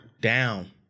down